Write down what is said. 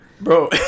Bro